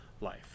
life